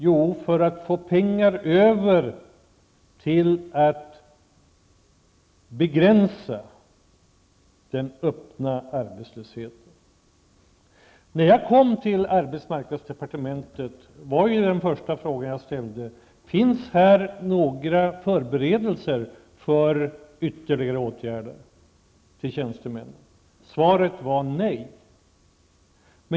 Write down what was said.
Jo, för att få pengar över till att begränsa den öppna arbetslösheten. När jag kom till arbetsmarknadsdepartementet var den första fråga jag ställde: Finns här några förberedelser för ytterligare åtgärder för tjänstemän? Svaret var nej.